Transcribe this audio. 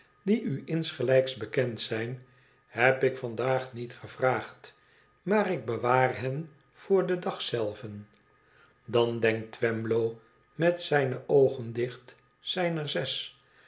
die u insgelijks bekend zijn heb ik vandaag niet gevraagd maar ik bewaar hen voor den dag zclven dan denkt twemlow met zijne oogen dicht zijn er zes